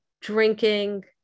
drinking